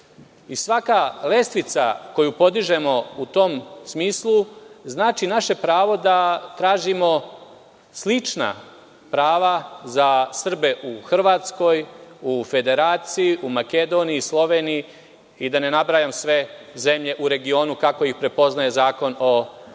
Svaka lestvica koju podižemo u tom smislu, znači naše pravo da tražimo slična prava u Hrvatskoj, u Federaciji, u Makedoniji, Sloveniji i da ne nabrajam sve zemlje u regionu, kako ih prepoznaj Zakon o Srbima